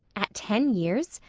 at ten years?